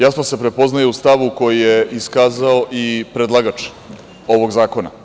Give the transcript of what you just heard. Jasno se prepoznaje u stavu koji je iskazao i predlagač ovog zakona.